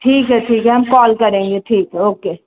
ठीक है ठीक है हम कॉल करेंगे ठीक है ओके